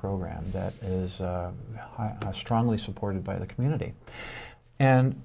program that is strongly supported by the community and